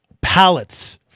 pallets